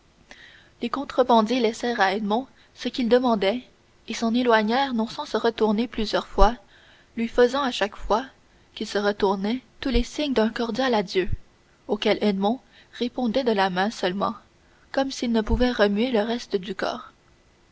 les contrebandiers laissèrent à edmond ce qu'il demandait et s'éloignèrent non sans se retourner plusieurs fois lui faisant à chaque fois qu'ils détournaient tous les signes d'un cordial adieu auquel edmond répondait de la main seulement comme s'il ne pouvait remuer le reste du corps